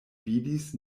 vidis